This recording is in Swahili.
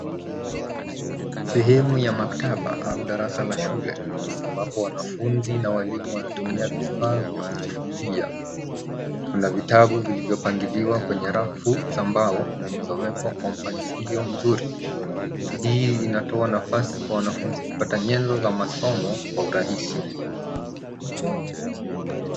Sehemu ya maktaba au darasa la shule ambapo wanafunzi na walimu wanatumia vifaa vya kujifunzia. Kuna vitabu vilivyopangiliwa kwenye rafu za mbao zilizowekwa kwa mpangilio mzuri. Hii inatoa nafasi kwa wanafunzi kupata nyenzo za masomo kwa urahisi.